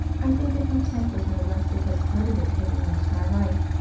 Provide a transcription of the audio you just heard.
i think their content was no less because part of it had enriched my life,